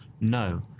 No